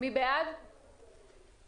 מי בעד תקנה 5?